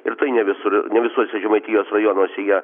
ir tai ne visur ne visuose žemaitijos rajonuose jie